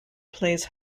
plays